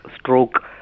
stroke